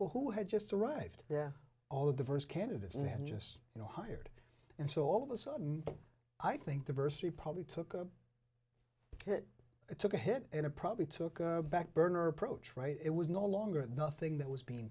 who had just arrived there all the diverse candidates and then just you know hired and so all of a sudden i think diversity probably took a it took a hit and it probably took a back burner approach right it was no longer the thing that was being